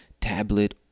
tablet